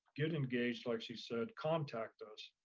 get engaged like she said, contact us,